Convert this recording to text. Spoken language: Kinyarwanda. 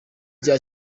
rya